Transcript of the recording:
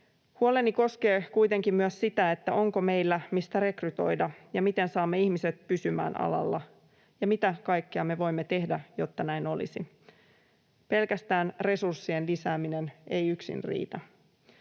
Huoleni koskee kuitenkin myös sitä, onko meillä, mistä rekrytoida, ja miten saamme ihmiset pysymään alalla ja mitä kaikkea me voimme tehdä, jotta näin olisi. Pelkästään resurssien lisääminen ei yksin riitä.